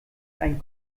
ein